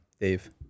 Dave